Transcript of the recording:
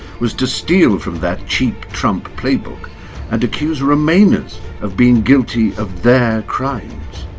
was to steal from that cheap trump playbook and accuse remainers of being guilty of their crimes.